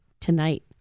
tonight